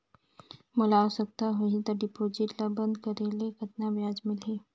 मोला आवश्यकता होही त डिपॉजिट ल बंद करे ले कतना ब्याज मिलही?